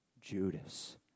Judas